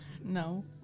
No